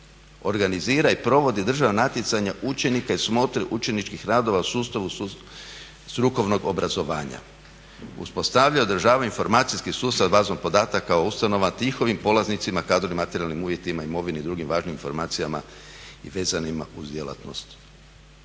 organizira i provodi državna natjecanja učenika i smotre učeničkih radova u sustavu strukovnog obrazovanja, uspostavlja i održava informacijski sustav s bazom podataka o ustanovama te njihovim polaznicima, kadrovima i materijalnim uvjetima imovine i drugim važnim informacijama vezanim uz djelatnosti